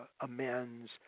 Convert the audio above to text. amends